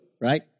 right